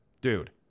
Dude